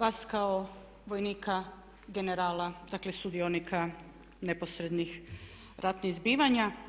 vas kao vojnika, generala, dakle sudionika neposrednih ratnih zbivanja.